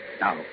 Now